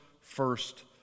first